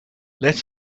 let